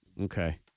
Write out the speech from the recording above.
Okay